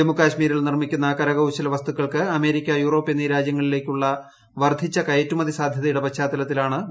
ജമ്മുകാശ്മീരിൽ നിർമ്മിക്കുന്ന കരകൌശല വസ്തുക്കൾക്ക് അമേരിക്ക യൂറോപ്പ് എന്നീ രാജ്യങ്ങളിലേക്കുള്ള വർദ്ധിച്ച കയറ്റുമതി സാധ്യതയുടെ പശ്ചാത്തലത്തിലാണ് സംഘടിപ്പിക്കുന്നത്